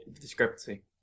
discrepancy